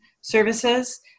services